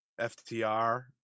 ftr